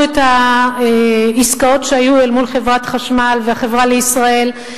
את העסקאות שהיו אל מול חברת חשמל ו"החברה לישראל",